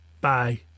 Bye